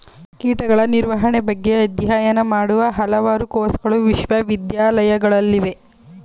ಕೀಟಗಳ ನಿರ್ವಹಣೆ ಬಗ್ಗೆ ಅಧ್ಯಯನ ಮಾಡುವ ಹಲವಾರು ಕೋರ್ಸಗಳು ವಿಶ್ವವಿದ್ಯಾಲಯಗಳಲ್ಲಿವೆ